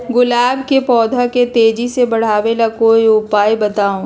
गुलाब के पौधा के तेजी से बढ़ावे ला कोई उपाये बताउ?